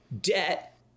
debt